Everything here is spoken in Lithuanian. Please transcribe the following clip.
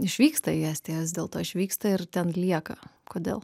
išvyksta į estiją vis dėlto išvyksta ir ten lieka kodėl